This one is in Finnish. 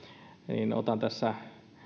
niin otan tässä